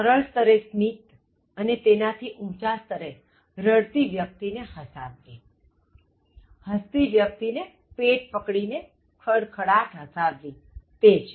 સરળ સ્તરે સ્મિત અને તેનાથી ઊંચા સ્તરે રડતી વ્યક્તિ ને હસાવવી હસતી વ્યક્તિને પેટ પકડીને ખડખડાટ હસાવવી તે છે